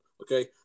okay